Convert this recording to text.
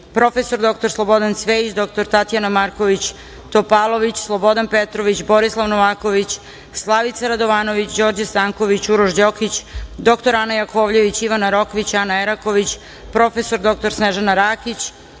prof. dr Slobodan Cvejić, dr Tatjana Marković Topalović, Slobodan Petrović, Borislav Novaković, Slavica Radovanović, Đorđe Stanković, Uroš Đokić, dr Ana Jakovljević, Ivana Rokvić, Ana Eraković, prof. dr Snežana Rakić,